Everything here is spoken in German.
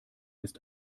ist